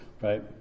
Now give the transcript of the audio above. right